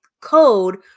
code